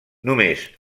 només